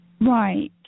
Right